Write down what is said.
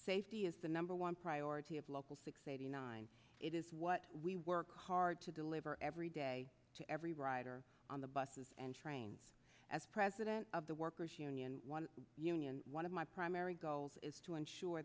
safety is the number one priority of local six eighty nine it is what we work hard to deliver every day to every rider on the buses and trains as president of the workers union union one of my primary goals is to ensure